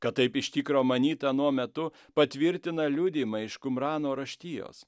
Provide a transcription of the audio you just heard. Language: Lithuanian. kad taip iš tikro manyta anuo metu patvirtina liudijimai iš kumrano raštijos